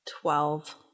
Twelve